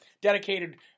dedicated